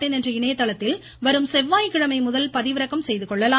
னெ என்ற இணையதளத்தில் வரும் செவ்வாய்கிழமை முதல் பதிவிறக்கம் செய்து கொள்ளலாம்